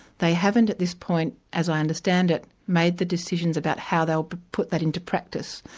they haven't, at this point, as i understand it, made the decisions about how they'll but put that into practice,